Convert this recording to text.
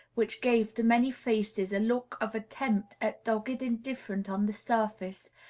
which gave to many faces a look of attempt at dogged indifference on the surface,